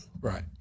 Right